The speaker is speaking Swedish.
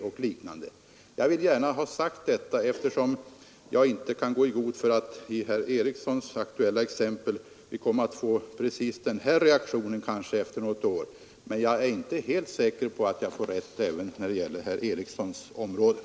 Jag kan inte gå i god för att vi i det fall som herr Eriksson i Arvika har tagit upp kommer att få precis den här reaktionen efter något år, men jag är inte helt säker på att jag inte får rätt även när det gäller herr Erikssons exempel.